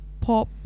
pop